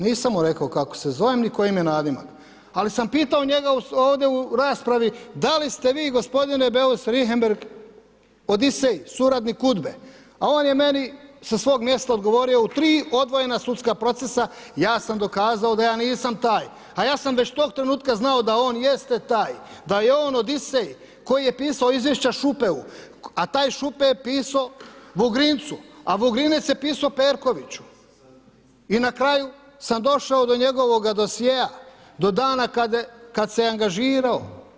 Nisam mu rekao kako se zovem ni koji mi je nadimak, ali sam pitao njega ovdje u raspravi, da li ste vi gospodine Beus Richembergh Odisej, suradnik udbe, a on je meni sa svog mjesta odgovorio u 3 odvojena sudska procesa, ja sam dokazao, da ja nisam taj, a ja sam već tog trenutka znao da on jeste taj, da je on Odisej, koji je pisao izvješća Šupeu, a taj Šupej je pisao Vugrincu, a Vugrinec je pisao Perkoviću i na kraju sam došao do njegovoga dosjea, do dana, kada se je angažirao.